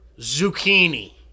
Zucchini